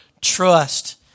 trust